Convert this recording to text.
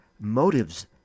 motives